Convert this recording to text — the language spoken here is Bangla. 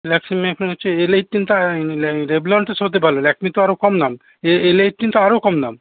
ল্যাকমি এখন হচ্ছে এলএএইট্টিনটা রেভলনটা সো হতে পারবে ল্যাকমি তো আরও কম দাম এলএ এইট্টিন তো আরও কম দাম